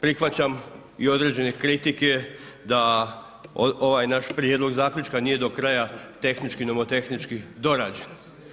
Prihvaćam i određene kritike da ovaj naš prijedlog zaključka nije do kraja tehnički, nomotehnički, dorađen.